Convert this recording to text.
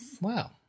Wow